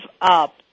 up